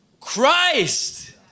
Christ